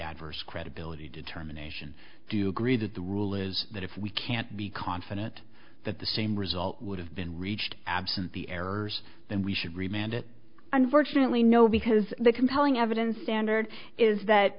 adverse credibility determination do you agree that the rule is that if we can't be confident that the same result would have been reached absent the errors then we should remand it unfortunately no because the compelling evidence standard is that